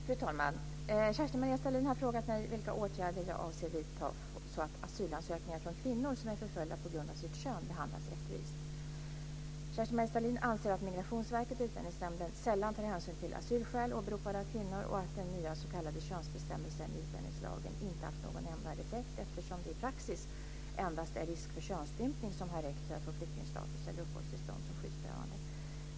Fru talman! Kerstin-Maria Stalin har frågat mig vilka åtgärder jag avser vidta så att asylansökningar från kvinnor som är förföljda på grund av sitt kön behandlas rättvist. Kerstin-Maria Stalin anser att Migrationsverket och Utlänningsnämnden sällan tar hänsyn till asylskäl åberopade av kvinnor och att den nya s.k. könsbestämmelsen i utlänningslagen inte haft någon nämnvärd effekt eftersom det i praxis endast är risk för könsstympning som har räckt för att få flyktingstatus eller uppehållstillstånd som skyddsbehövande.